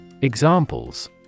Examples